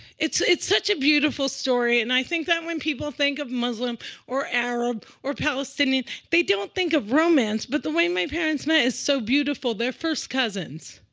it's it's such a beautiful story. and i think that when people think of muslim or arab or palestinian, they don't think of romance. but the way my parents met is so beautiful. they're first cousins.